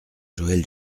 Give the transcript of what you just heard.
joël